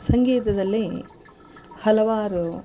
ಸಂಗೀತದಲ್ಲಿ ಹಲವಾರು